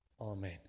Amen